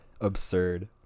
absurd